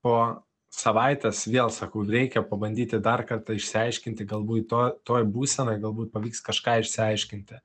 po savaitės vėl sakau reikia pabandyti dar kartą išsiaiškinti galbūt to toj būsenoj galbūt pavyks kažką išsiaiškinti